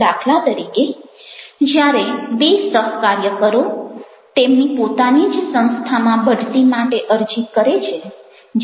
દાખલા તરીકે જ્યારે બે સહકાર્યકરો તેમની પોતાની જ સંસ્થામાં બઢતી માટે અરજી કરે છે